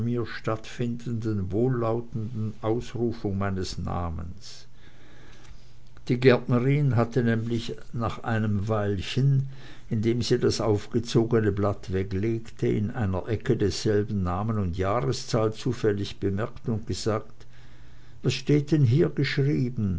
stattfindenden wohllautenden ausrufung meines namens die gärtnerin hatte nämlich nach einem weilchen indem sie das aufgezogene blatt weglegte in einer ecke desselben namen und jahreszahl zufällig bemerkt und gesagt was steht denn hier geschrieben